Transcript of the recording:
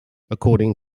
according